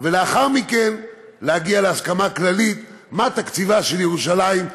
ולאחר מכן להגיע להסכמה כללית מה תקציבה של ירושלים.